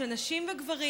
של נשים וגברים,